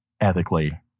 ethically